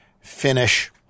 finish